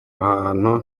hantu